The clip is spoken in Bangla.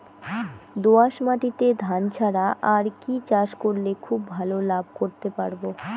দোয়াস মাটিতে ধান ছাড়া আর কি চাষ করলে খুব ভাল লাভ করতে পারব?